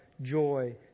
joy